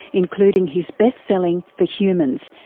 including his bestselling the humans,